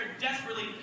desperately